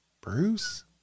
Bruce